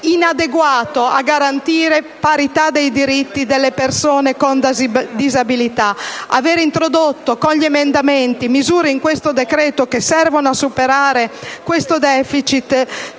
inadeguato a garantire parità dei diritti delle persone con disabilità. Avere introdotto con gli emendamenti misure in questo decreto che servono a superare questo *deficit*